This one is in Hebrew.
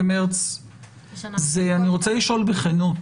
אני רוצה לשאול בכנות,